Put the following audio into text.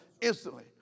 instantly